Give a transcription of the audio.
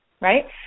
right